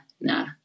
nah